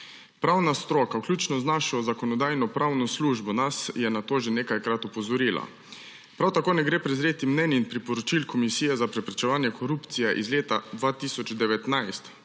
Pravna stroka, vključno z našo Zakonodajno-pravno službo, nas je na to že nekajkrat opozorila. Prav tako ne gre prezreti mnenj in priporočil Komisije za preprečevanje korupcije iz leta 2019,